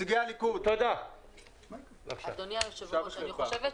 מה זה קשור עכשיו?